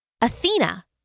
Athena